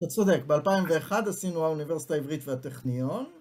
אתה צודק, ב-2001 עשינו האוניברסיטה העברית והטכניון.